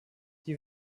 die